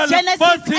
Genesis